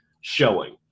showing